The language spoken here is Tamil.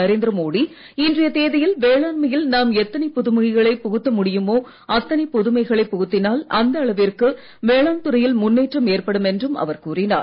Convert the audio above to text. நரேந்திர மோடி இன்றைய தேதியில் வேளாண்மையில் நாம் எத்தனை புதுமைகளை புகுக்க முடியுமோ அத்தனை புதுமைகளை புகுத்தினால் அந்த அளவிற்கு வேளாண் துறையில் முன்னேற்றும் ஏற்படும் என்றும் அவர் கூறினார்